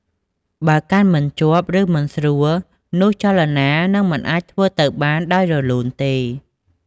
បើកាន់មិនជាប់ ឬមិនស្រួល នោះចលនានឹងមិនអាចធ្វើទៅបានដោយរលូនទេ។